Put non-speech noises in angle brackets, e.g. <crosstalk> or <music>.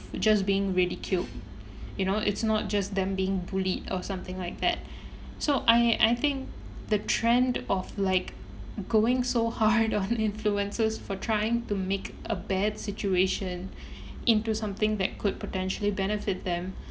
just being ridiculed you know it's not just them being bullied or something like that so I I think the trend of like going so hard on <laughs> influences for trying to make a bad situation into something that could potentially benefit them